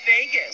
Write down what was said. Vegas